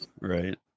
Right